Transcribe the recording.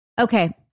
Okay